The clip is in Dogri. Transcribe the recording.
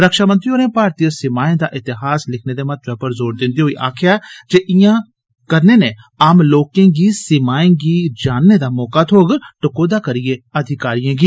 रक्षा मंत्री होरें भारतीय सीमाएं दा इतिहास लिखने दे महत्वै पर जोर दिन्दे होई आक्खेआ जे इयां करने नै आम लोकें गी सीमाएं गी जानने दा मौका थ्होग टकोहदा करियै अधिकारिएं गी